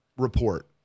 Report